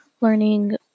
learning